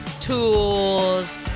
tools